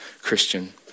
Christian